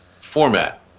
format